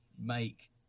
make